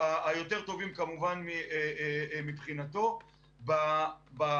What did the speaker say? היותר טובים כמובן מבחינתו בהקשר.